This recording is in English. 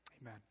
Amen